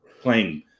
playing